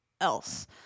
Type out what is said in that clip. else